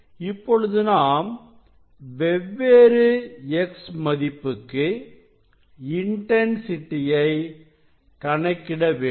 இப்பொழுது நாம் வெவ்வேறு X மதிப்புக்குஇன்டன்சிட்டியை கணக்கிட வேண்டும்